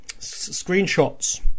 screenshots